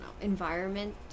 environment